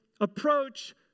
approach